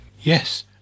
Yes